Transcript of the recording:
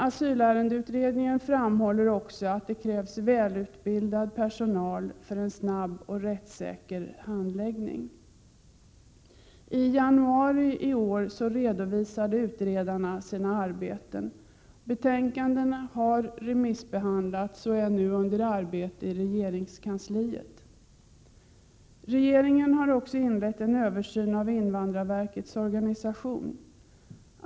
Asylärendeutredningen framhåller också att det krävs välutbildad personal för en snabb och rättssäker handläggning. I januari i år redovisade utredarna sina arbeten. Betänkandena har remissbehandlats och bearbetas nu i regeringskansliet. Regeringen har också inlett en översyn av invandrarverkets organisation.